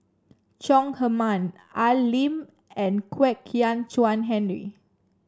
Chong Heman Al Lim and Kwek Hian Chuan Henry